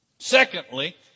Secondly